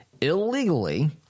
illegally